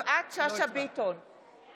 פחות מ-10%, סליחה, פחות מ-11%,